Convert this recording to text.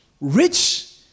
rich